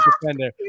defender